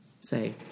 say